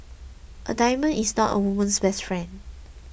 a diamond is not a woman's best friend